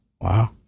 Wow